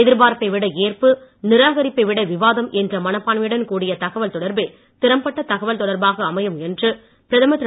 எதிர்பார்ப்பை விட ஏற்பு நிராகரிப்பை விட விவாதம் என்ற மனப்பான்மையுடன் கூடிய தகவல்தொடர்பே திறம்பட்ட தகவல் தொடர்பாக அமையும் என்று பிரதமர் திரு